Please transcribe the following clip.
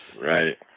Right